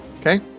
Okay